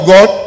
God